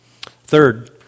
Third